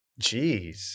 Jeez